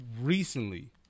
recently